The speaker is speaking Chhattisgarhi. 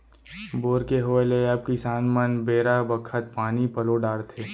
बोर के होय ले अब किसान मन बेरा बखत पानी पलो डारथें